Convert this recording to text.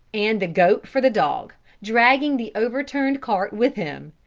and the goat for the dog, dragging the overturned cart with him,